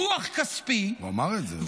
דוח כספי, הוא אמר את זה.